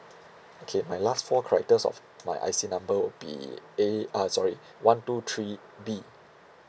okay my last four characters of my I_C number would be ei~ uh sorry one two three B